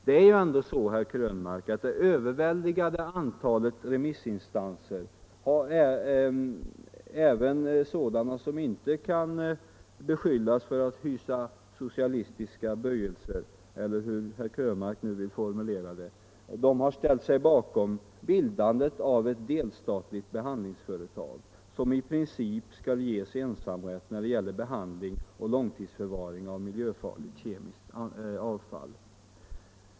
Det är ju ändå så, herr Krönmark, att det överväldigande antalet remissinstanser — även sådana som inte kan beskyllas för att hysa socialistiska böjelser eller hur herr Krönmark nu vill formulera det — har ställt sig bakom förslaget om bildande av ett delstatligt behandlingsföretag som i princip skall ges ensamrätt när det gäller behandling och långtidsförvaring av miljöfarligt kemiskt avfall.